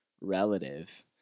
relative